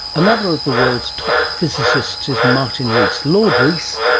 another of the world's top physicists is martin rees, lord rees,